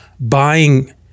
buying